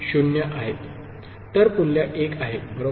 तर मूल्य 1 आहे बरोबर